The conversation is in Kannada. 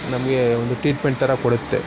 ನಮಗೆ ಒಂದು ಟ್ರೀಟ್ಮೆಂಟ್ ಥರ ಕೊಡುತ್ತೆ